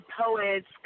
poets